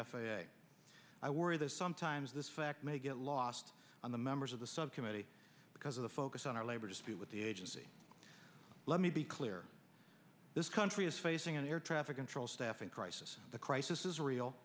a i worry that sometimes this fact may get lost on the members of the subcommittee because of the focus on our labor dispute with the agency let me be clear this country is facing an air traffic control staffing crisis the crisis is